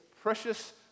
precious